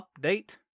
update